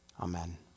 Amen